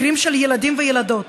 מקרים של ילדים וילדות